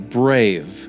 brave